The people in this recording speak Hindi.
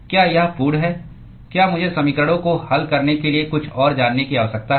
क्या यह पूर्ण है क्या मुझे समीकरणों को हल करने के लिए कुछ और जानने की आवश्यकता है